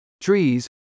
trees